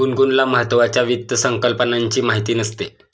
गुनगुनला महत्त्वाच्या वित्त संकल्पनांची माहिती नसते